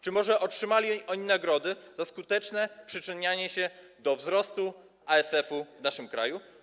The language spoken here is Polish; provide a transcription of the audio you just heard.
Czy może otrzymali oni nagrody za skuteczne przyczynianie się do wzrostu ASF-u w naszym kraju?